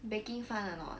baking fun or not